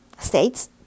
states